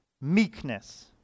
Meekness